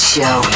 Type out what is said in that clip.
Show